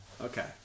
Okay